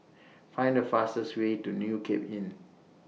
Find The fastest Way to New Cape Inn